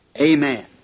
amen